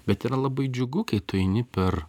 bet yra labai džiugu kai tu eini per